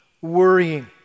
worrying